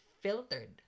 filtered